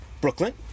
Brooklyn